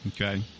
Okay